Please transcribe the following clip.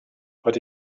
but